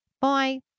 Bye